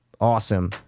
Awesome